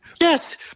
Yes